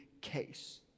case